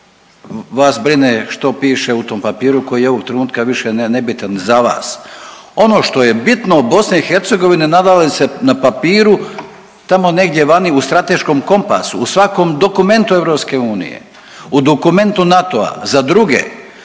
Vas brine što piše u tom papiru koji je ovog trenutka više nebitan za vas. Ono što je bitno BiH nalazi se na papiru tamo negdje vani u Strateškom kompasu, u svakom dokumentu EU, u dokumentu NATO-a za druge.